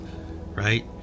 right